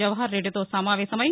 జవహర్రెడ్డితో సమావేశమై